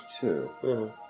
two